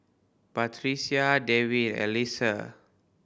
Batrisya Dewi Alyssa